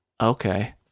Okay